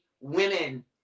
women